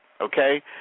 okay